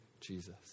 Jesus